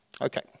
Okay